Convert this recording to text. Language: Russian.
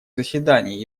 заседаний